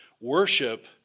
Worship